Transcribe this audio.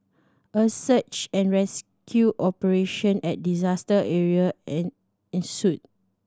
a search and rescue operation at disaster area an ensued